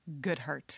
Goodhart